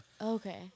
okay